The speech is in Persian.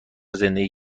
زندگی